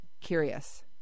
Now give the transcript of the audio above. curious